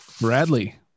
Bradley